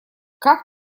как